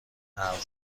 حرف